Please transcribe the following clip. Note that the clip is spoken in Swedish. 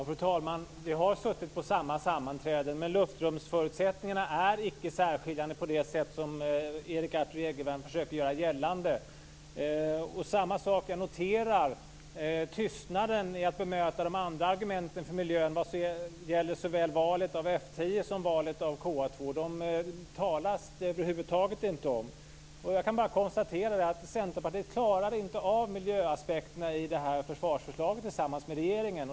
Fru talman! Vi har suttit med på samma sammanträden, men luftrumsförutsättningarna är icke särskiljande på det sätt som Erik Arthur Egervärn försöker göra gällande. Jag noterar tystnaden i att bemöta de andra argumenten för miljön, det gäller såväl valet av F 10 som valet av KA 2. Det talas över huvud taget inte om dem. Centerpartiet klarar inte av miljöaspekterna i försvarsförslaget tillsammans med regeringen.